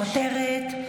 מוותרת.